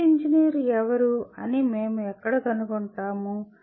మంచి ఇంజనీర్ ఎవరు అని మేము ఎక్కడ కనుగొంటాము